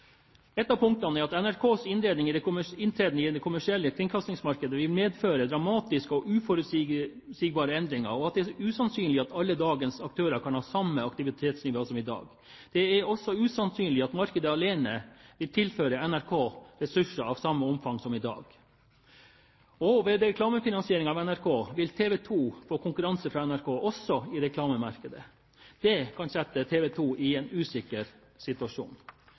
NRKs inntreden i det kommersielle kringkastingsmarkedet vil medføre dramatiske og uforutsigbare endringer og det er usannsynlig at alle dagens aktører kan ha samme aktivitetsnivå som i dag. Det er usannsynlig at markedet alene vil tilføre NRK ressurser av samme omfang som i dag. Ved reklamefinansiering av NRK vil TV 2 få konkurranse fra NRK også i reklamemarkedet. Det setter TV 2 i en usikker situasjon.